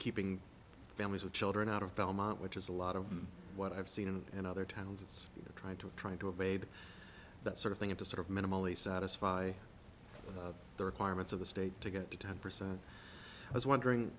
keeping families with children out of belmont which is a lot of what i've seen and in other towns it's trying to trying to evade that sort of thing and to sort of minimally satisfy the requirements of the state to get the ten percent i was wondering